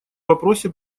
вопросе